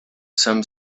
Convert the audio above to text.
some